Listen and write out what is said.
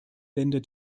länder